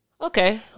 Okay